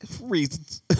reasons